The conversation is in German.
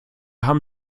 haben